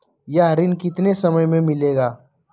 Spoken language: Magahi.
यह ऋण कितने समय मे मिलेगा?